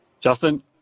Justin